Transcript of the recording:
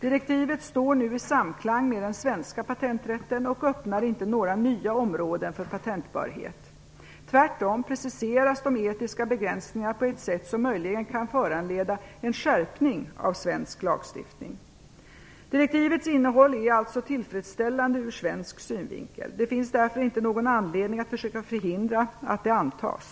Direktivet står nu i samklang med den svenska patenträtten och öppnar inte några nya områden för patenterbarhet. Tvärtom preciseras de etiska begränsningarna på ett sätt som möjligen kan föranleda en skärpning av svensk lagstiftning. Direktivets innehåll är alltså tillfredsställande ur svensk synvinkel. Det finns därför inte någon anledning att försöka förhindra att det antas.